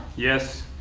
yes.